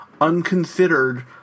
unconsidered